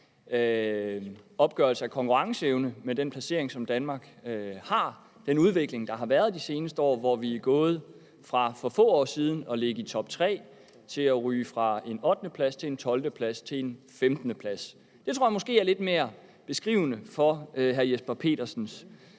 opgørelse af konkurrenceevne med den udvikling, der har været de seneste år, hvor vi er gået fra for få år siden at ligge i toptre til at ryge fra en 8. plads over en 12. plads til en 15. plads. Det tror jeg måske er lidt mere beskrivende for hr. Jesper Petersens